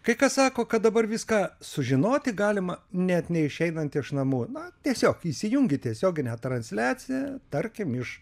kai kas sako kad dabar viską sužinoti galima net neišeinant iš namų na tiesiog įsijungi tiesioginę transliaciją tarkim iš